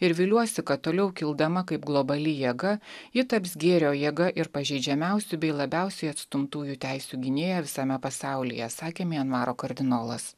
ir viliuosi kad toliau kildama kaip globali jėga ji taps gėrio jėga ir pažeidžiamiausių bei labiausiai atstumtųjų teisių gynėja visame pasaulyje sakė mianmaro kardinolas